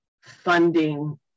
funding